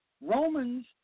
Romans